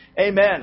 Amen